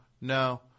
no